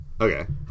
Okay